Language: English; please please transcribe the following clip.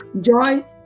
joy